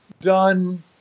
done